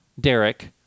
Derek